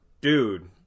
dude